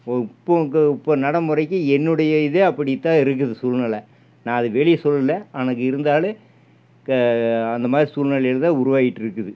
இப்போது இப்போது இப்போ நடைமுறைக்கி என்னுடைய இதே அப்படித்தான் இருக்குது சூழ்நிலை நான் அதை வெளியே சொல்லலை ஆனால் இருந்தாலும் அந்த மாதிரி சூழ்நிலையில் தான் உருவாகிட்டுருக்குது